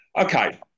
Okay